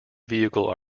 vehicle